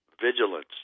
vigilance